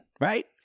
right